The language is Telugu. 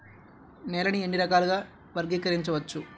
నేలని ఎన్ని రకాలుగా వర్గీకరించవచ్చు?